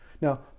Now